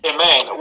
Amen